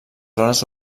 zones